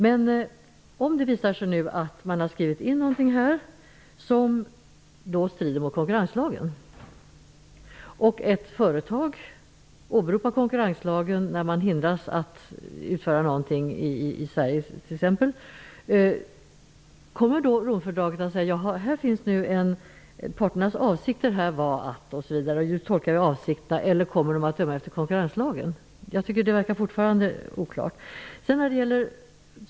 Men om det nu visar sig att man här har skrivit in någonting som strider mot konkurrenslagen och ett företag åberopar konkurrenslagen när det t.ex. hindras att utföra någonting i Sverige -- kommer man då att tolka parternas avsikter här eller kommer man att döma efter konkurrenslagen? -- Det tycker jag fortfarande är oklart.